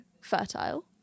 fertile